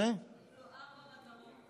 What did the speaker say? היו לו ארבע מטרות.